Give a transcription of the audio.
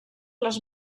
les